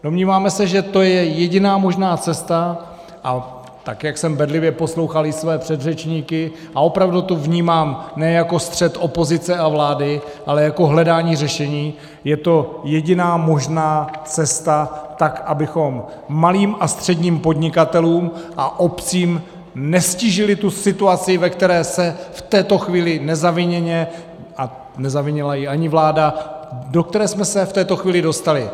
Domníváme se, že to je jediná možná cesta, a tak jak jsem bedlivě poslouchal i své předřečníky, a opravdu to vnímám ne jako střet opozice a vlády, ale jako hledání řešení, je to jediná možná cesta, tak abychom malým a středním podnikatelům a obcím neztížili tu situaci, ve které se v této chvíli nezaviněně, a nezavinila ji ani vláda, do které jsme se v této chvíli dostali.